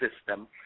system